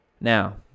Now